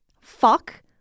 fuck